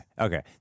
Okay